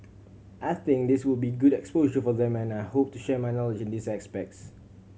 I think this will be good exposure for them and I hope to share my knowledge in these aspects